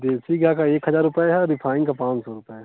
देसी गाय का एक हजार रुपये है और रिफाइंड का पाँच सौ रुपये